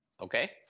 Okay